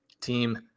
team